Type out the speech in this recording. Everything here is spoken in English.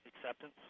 acceptance